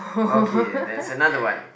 okay that's another one